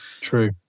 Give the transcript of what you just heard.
True